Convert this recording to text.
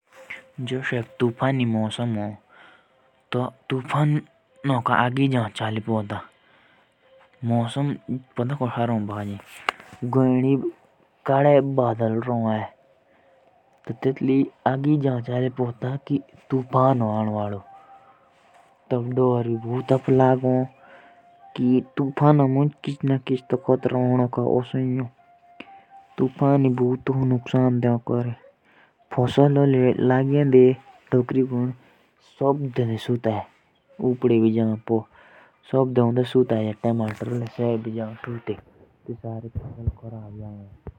जो आदि तूफान भी हो तो एतके आनौ का पता आगेई जाओ चले। जब मौसम खराब लागो होंदा और तेज तेज हवा लागो चलदी। और तूफान लिया बहुतै ही फसल भी हो खराब।